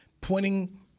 pointing